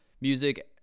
music